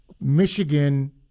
Michigan